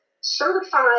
certified